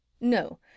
No